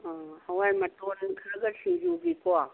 ꯑꯥ ꯍꯋꯥꯏ ꯃꯇꯣꯟ ꯈꯔꯒ ꯁꯤꯡꯖꯨꯒꯤꯀꯣ